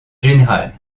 général